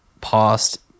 past